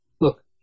look